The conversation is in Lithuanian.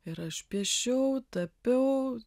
ir aš piešiau tapiau